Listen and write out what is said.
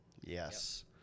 Yes